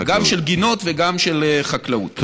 גם של גינות וגם של חקלאות.